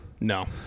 No